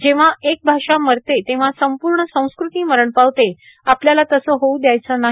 जेव्हा एक भाषा मरते तेव्हा संपूण संस्कृती मरण पावते आपल्याला तसं होऊ द्यायचं नाही